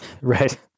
Right